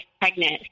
pregnant